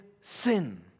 sin